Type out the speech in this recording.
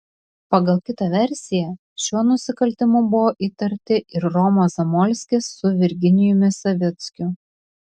pagal kitą versiją šiuo nusikaltimu buvo įtarti ir romas zamolskis su virginijumi savickiu